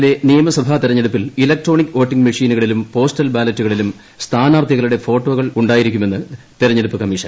അഞ്ച് സംസ്ഥാനങ്ങളില്പ് നിയമസഭാ തെരഞ്ഞെടുപ്പിൽ ഇലക്ട്രോണിക് പ്പോട്ടിംഗ് മെഷീനുകളിലും പോസ്റ്റൽ ബാലറ്റുകളിലും സ്ഥാനാർത്ഥികളുടെ ഫോട്ടോകൾ ഉണ്ടായിരിക്കുമെന്ന് തെരഞ്ഞെടുപ്പ് കമ്മീഷൻ